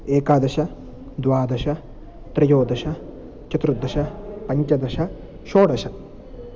एकादश द्वादश त्रयोदश चतुर्दश पञ्चदश षोडश